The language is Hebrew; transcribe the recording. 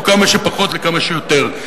או כמה שפחות לכמה שיותר.